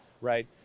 right